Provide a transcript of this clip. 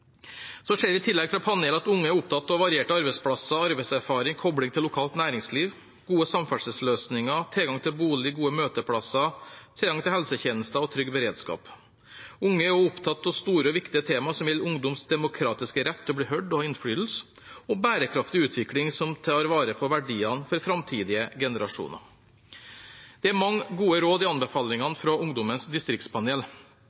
Så ser vi i tillegg fra panelet at unge er opptatt av varierte arbeidsplasser, arbeidserfaring og kobling til lokalt næringsliv, gode samferdselsløsninger, tilgang til bolig, gode møteplasser, tilgang til helsetjenester og trygg beredskap. Unge er også opptatt av store og viktige tema som gjelder ungdoms demokratiske rett til å bli hørt og ha innflytelse, og bærekraftig utvikling som tar vare på verdiene for framtidige generasjoner. Det er mange gode råd i